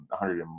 100